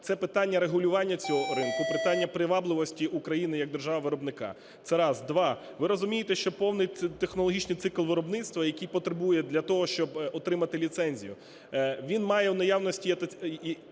Це питання регулювання цього ринку, питання привабливості України як держави-виробника. Це раз. Два. Ви розумієте, що повний технологічний цикл виробництва, який потребує для того, щоб отримати ліцензію, він має у наявності